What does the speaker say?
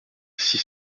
six